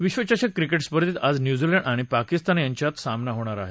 विश्वचषक क्रिकेट स्पर्धेत आज न्यूझीलंड आणि पाकिस्तान यांच्यात सामना होणार आहे